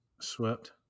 Swept